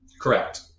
Correct